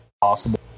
possible